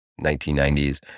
1990s